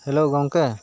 hello ᱜᱚᱢᱠᱮ